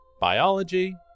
biology